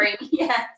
Yes